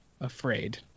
afraid